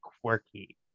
quirky